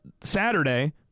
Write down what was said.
Saturday